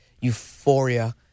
euphoria